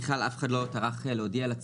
ואף אחד לא טרח להודיע על זה